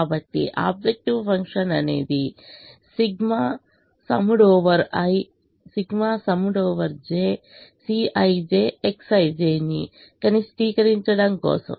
కాబట్టి objective function అనేది ∑i ∑j Cij Xij ని కనిష్టీకరించడం కోసం